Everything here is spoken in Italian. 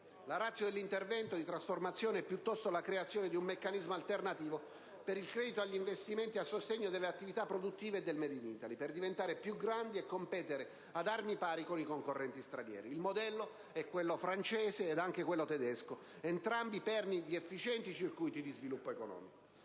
La *ratio* dell'intervento di trasformazione è piuttosto la creazione di un meccanismo alternativo per il credito agli investimenti, a sostegno delle attività produttive e del *made* *in Italy*, per diventare più grandi e competere ad armi pari con i concorrenti stranieri. Il modello è quello francese, ed anche quello tedesco, entrambi perni di efficienti circuiti di sviluppo economico.